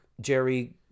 Jerry